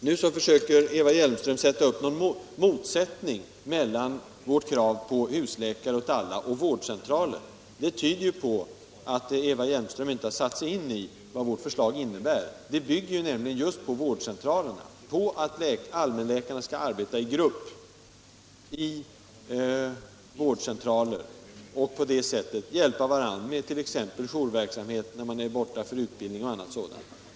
Nu försöker Eva Hjelmström konstruera något slags motsättning mellan vårt krav på husläkare åt alla och vårdcentraler. Det tyder på att hon inte satt sig in i vad vårt förslag innebär. Det bygger nämligen just på vårdcentralerna, på att allmänläkarna skall arbeta i grupp inom sådana centraler och på det sättet hjälpa varandra med t.ex. jourverksamheten och när någon är borta för utbildning och annat sådant.